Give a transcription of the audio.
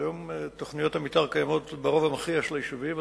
והיום תוכניות המיתאר קיימות ברוב המכריע של היישובים.